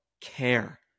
care